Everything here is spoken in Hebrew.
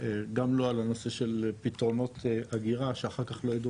גם לא על הנושא של פתרונות אגירה שאחר כך לא ידעו